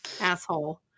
Asshole